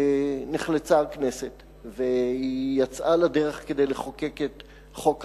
נחלצה הכנסת ויצאה לדרך כדי לחוקק את חוק החרם,